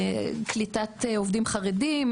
לקליטת עובדים חרדים,